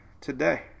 today